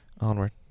Onward